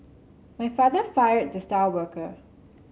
my father fired the star worker